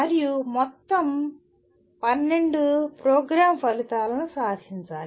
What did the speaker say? మరియు మొత్తం 12 ప్రోగ్రామ్ ఫలితాలను సాధించాలి